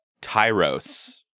Tyros